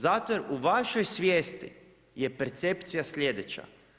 Zato jer u vašoj svijesti je percepcija slijedeća.